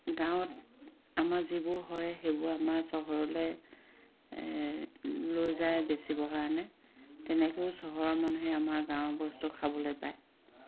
গাঁৱত আমাৰ যিবোৰ হয় সেইবোৰ আমাৰ চহৰলে লৈ যায় বেচিবৰ কাৰণে তেনেকেও চহৰৰ মানুহে আমাৰ গাঁৱৰ বস্তু খাবলৈ পায়